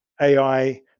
AI